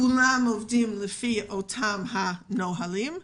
כולם עובדים לפי אותם נהלים.